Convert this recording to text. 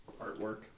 artwork